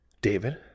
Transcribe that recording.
david